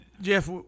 Jeff